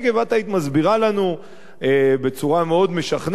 את היית מסבירה לנו בצורה מאוד משכנעת,